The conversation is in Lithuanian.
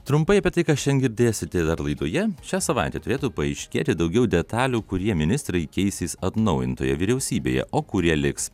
trumpai apie tai ką šian girdėsite dar laidoje šią savaitę turėtų paaiškėti daugiau detalių kurie ministrai keisis atnaujintoje vyriausybėje o kurie liks